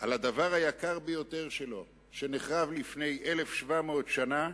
על הדבר היקר ביותר שלו, שנחרב לפני 1,700 שנה,